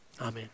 Amen